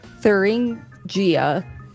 Thuringia